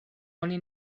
oni